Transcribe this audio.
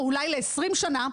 או אולי ל-20 שנים,